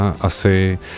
asi